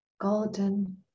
golden